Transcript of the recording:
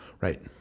Right